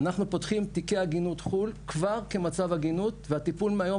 אנחנו פותחים תיקי עגינות חול כבר במצב עגינות והטיפול מהיום